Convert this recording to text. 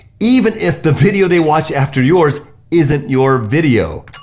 even if the video they watch after yours isn't your video,